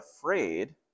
afraid